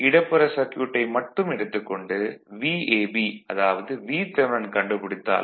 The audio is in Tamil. இடப்புற சர்க்யூட்டை மட்டும் எடுத்துக் கொண்டு Vab அதாவது Vth கண்டுபிடித்தால் போதுமானது